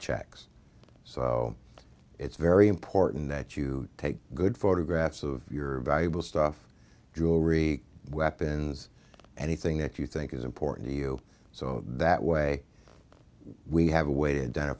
checks so it's very important that you take good photographs of your valuable stuff jewelry weapons anything that you think is important to you so that way we have awa